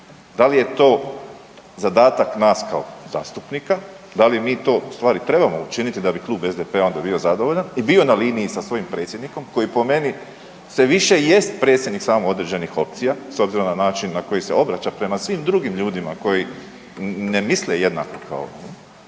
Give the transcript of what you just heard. Da li je to zadatak nas kao zastupnika, da li mi to u stvari trebamo učiniti da bi Klub SDP-a onda bio zadovoljan i bio na liniji sa svojim predsjednikom koji po meni sve više jest samo određenih opcija s obzirom na način na koji se obraća prema svim drugim ljudima koji ne misle jednako kao on